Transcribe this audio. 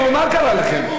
נהיה אקשן.